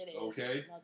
Okay